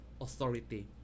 authority